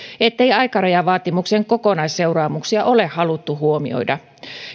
ettei aikarajavaatimuksen kokonaisseuraamuksia ole haluttu huomioida